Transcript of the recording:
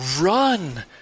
Run